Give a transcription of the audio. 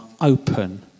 open